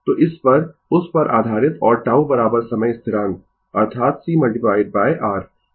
तो इस पर उस पर आधारित और τ समय स्थिरांक अर्थात C R